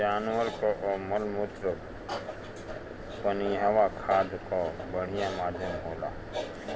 जानवर कअ मलमूत्र पनियहवा खाद कअ बढ़िया माध्यम होला